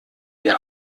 der